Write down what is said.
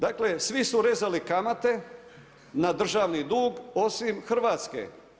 Dakle svi su rezali kamate na državni dug osim Hrvatske.